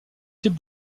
type